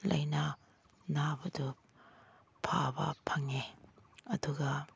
ꯂꯥꯏꯅꯥ ꯅꯥꯕꯗꯨ ꯐꯕ ꯐꯪꯉꯦ ꯑꯗꯨꯒ